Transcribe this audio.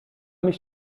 mich